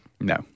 no